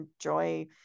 enjoy